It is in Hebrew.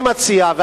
אני מציע,